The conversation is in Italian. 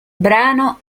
brano